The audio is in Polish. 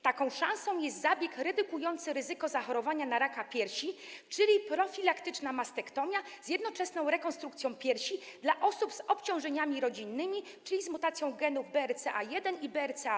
Taką szansą jest zabieg redukujący ryzyko zachorowania na raka piersi, czyli profilaktyczna mastektomia z jednoczesną rekonstrukcją piersi dla osób z obciążeniami rodzinnymi, czyli z mutacją genów BRCA1 i BRCA2.